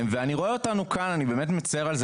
אני רואה אותנו כאן - ואני באמת מצר על זה